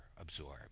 absorb